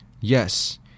Yes